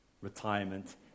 retirement